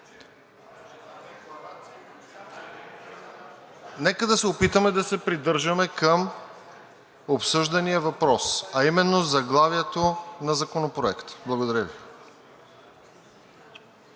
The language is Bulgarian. Нека да се опитаме да се придържаме към обсъждания въпрос, а именно заглавието на Законопроекта. Благодаря Ви.